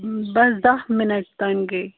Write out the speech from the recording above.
بَس دَہ مِنَٹ تام گٔے